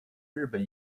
日本